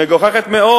מגוחכת מאוד.